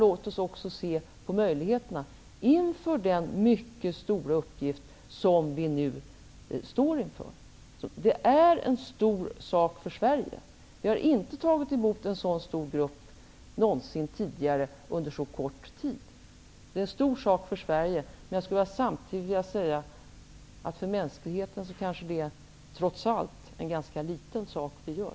Låt oss också se möjligheterna inför den mycket stora uppgift som vi nu står inför. Det är en stor sak för Sverige. Vi har inte tagit emot en sådan stor grupp någonsin tidigare under så kort tid. Det är en stor sak för Sverige, men jag skulle samtidigt vilja säga att för mänskligheten är det kanske trots allt en ganska liten sak vi gör.